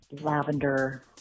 lavender